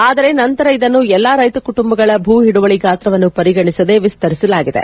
ಆದರೆ ನಂತರ ಇದನ್ನು ಎಲ್ಲಾ ರೈತ ಕುಟುಂಬಗಳ ಭೂ ಹಿಡುವಳಿ ಗಾತ್ರವನ್ನು ಪರಿಗಣಿಸದೆ ವಿಸ್ತರಿಸಲಾಗಿದೆ